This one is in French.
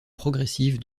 progressive